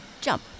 jump